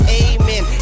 amen